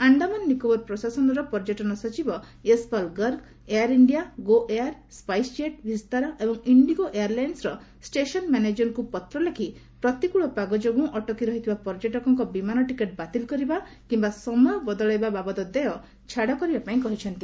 ଆଣ୍ଡାମାନ ନିକୋବର ପ୍ରଶାସନର ପର୍ଯ୍ୟଟନ ସଚିବ ୟସପାଲ୍ ଗର୍ଗ ଏୟାର ଇଣ୍ଡିଆ ତଥା ଏୟାର ସ୍କାଇସ୍ ଜେଟ୍ ଭିସ୍ତାରା ଏବଂ ଇଣ୍ଡିଗୋ ଏୟାର ଲାଇନ୍ସର ଷ୍ଟେସନ୍ ମ୍ୟାନେଜରମାନଙ୍କୁ ପତ୍ର ଲେଖି ପ୍ରତିକୂଳ ପାଗ ଯୋଗୁଁ ଅଟକି ରହିଥିବା ପର୍ଯ୍ୟଟକଙ୍କ ବିମାନ ଟିକେଟ୍ ବାତିଲ କରିବା କିମ୍ବା ସମୟ ବଦଳାଇବା ବାବଦ ଦେୟ ଛାଡ଼ କରିବା ପାଇଁ କହିଚ୍ଚନ୍ତି